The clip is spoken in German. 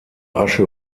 asche